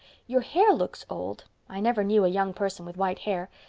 your hair looks old. i never knew a young person with white hair.